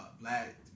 black